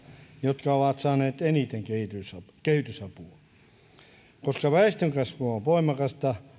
jotka ovat saaneet kehitysapua koska väestönkasvu on voimakasta